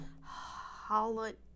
Holland